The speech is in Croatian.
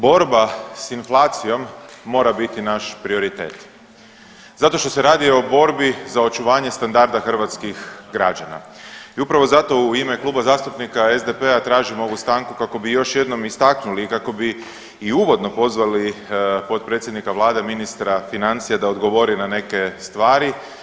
Borba s inflacijom mora biti naš prioritet zato što se radi o borbi za očuvanje standarda hrvatskih građana i upravo zato u ime Kluba zastupnika SDP-a tražim ovu stanku kako bi još jednom istaknuli i kako bi i uvodno pozvali potpredsjednika vlade i ministra financija da odgovori na neke stvari.